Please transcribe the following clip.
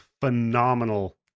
phenomenal